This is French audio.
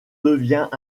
devient